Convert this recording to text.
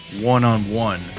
one-on-one